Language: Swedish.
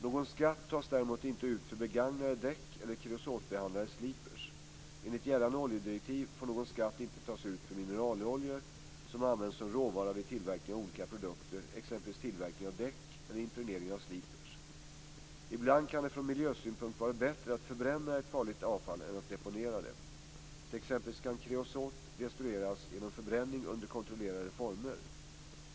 Någon skatt tas däremot inte ut för begagnade däck eller kreosotbehandlade sliprar. Enligt gällande oljedirektiv får någon skatt inte tas ut för mineraloljor som används som råvara vid tillverkning av olika produkter, t.ex. tillverkning av däck eller impregnering av sliprar. Ibland kan det från miljösynpunkt vara bättre att förbränna ett farligt avfall än att deponera det. T.ex. kan kreosot destrueras genom förbränning under kontrollerade former.